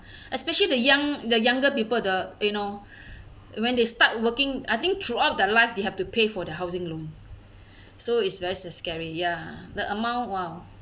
especially the young the younger people the you know when they start working I think throughout their life they have to pay for the housing loan so is very s~ scary ya the amount !wow!